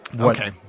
Okay